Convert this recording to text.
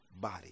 body